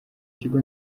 kigo